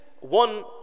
one